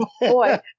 Boy